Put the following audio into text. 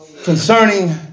Concerning